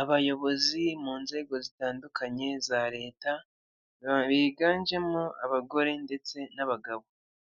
Abayobozi mu nzego zitandukanye za leta biganjemo abagore ndetse n'abagabo,